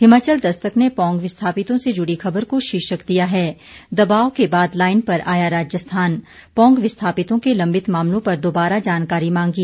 हिमाचल दस्तक ने पौंग विस्थापितों से जुड़ी खबर को शीर्षक दिया है दबाव के बाद लाइन पर आया राजस्थान पौंग विस्थापितों के लंबित मामलों पर दोबारा जानकारी मांगी